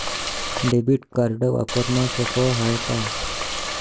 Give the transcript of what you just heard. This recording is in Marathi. डेबिट कार्ड वापरणं सोप हाय का?